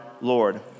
Lord